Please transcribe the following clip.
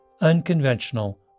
unconventional